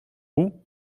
août